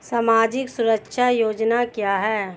सामाजिक सुरक्षा योजना क्या है?